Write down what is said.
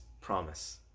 promise